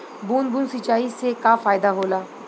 बूंद बूंद सिंचाई से का फायदा होला?